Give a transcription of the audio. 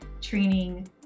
training